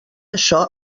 això